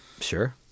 sure